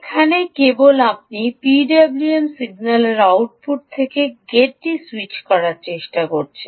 এখানে কেবল আপনি পিডব্লিউএম সিগন্যালের আউটপুট থেকে গেটটি স্যুইচ করার চেষ্টা করছেন